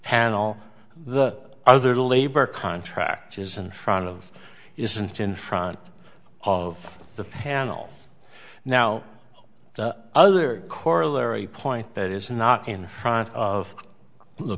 panel the other labor contract is in front of isn't in front of the panel now the other corollary point that is not in front of the